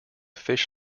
fish